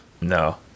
no